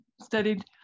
studied